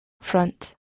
front